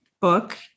book